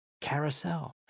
Carousel